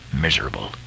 miserable